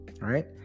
right